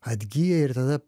atgyja ir tada